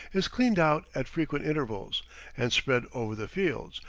is cleaned out at frequent intervals and spread over the fields,